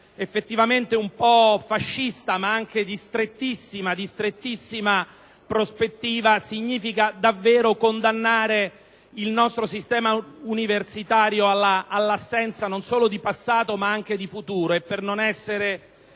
effettivamente un po' fascista, ma anche di strettissima prospettiva, significa davvero condannare il nostro sistema universitario all'assenza non solo di passato ma anche di futuro. Per non essere